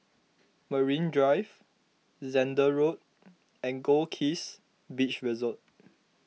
Marine Drive Zehnder Road and Goldkist Beach Resort